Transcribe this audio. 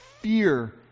fear